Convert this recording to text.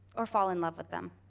or fall in love with them.